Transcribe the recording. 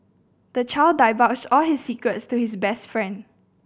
the child divulged all his secrets to his best friend